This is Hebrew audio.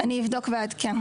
אבדוק ואעדכן.